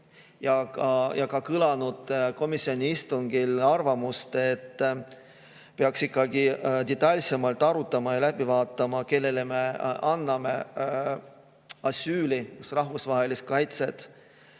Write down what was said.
ja ka komisjoni istungil kõlanud arvamust, et peaks ikkagi detailsemalt arutama ja läbi vaatama, kellele me anname asüüli, rahvusvahelist kaitset,